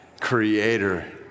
creator